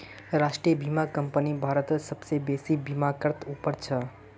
राष्ट्रीय बीमा कंपनी भारतत सबसे बेसि बीमाकर्तात उपर छ